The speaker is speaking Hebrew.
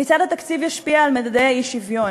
כיצד התקציב ישפיע על מדדי האי-שוויון?